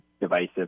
divisive